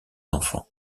enfants